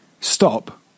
Stop